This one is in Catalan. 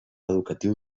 educatiu